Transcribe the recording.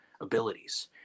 abilities